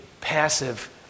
passive